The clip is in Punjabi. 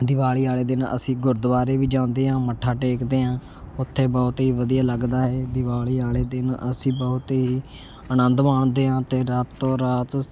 ਦਿਵਾਲੀ ਵਾਲ਼ੇ ਦਿਨ ਅਸੀਂ ਗੁਰਦੁਆਰੇ ਵੀ ਜਾਂਦੇ ਹਾਂ ਮੱਥਾ ਟੇਕਦੇ ਹਾਂ ਉੱਥੇ ਬਹੁਤ ਹੀ ਵਧੀਆ ਲੱਗਦਾ ਹੈ ਦਿਵਾਲੀ ਵਾਲ਼ੇ ਦਿਨ ਅਸੀਂ ਬਹੁਤ ਹੀ ਅਨੰਦ ਮਾਣਦੇ ਹਾਂ ਅਤੇ ਰਾਤੋਂ ਰਾਤ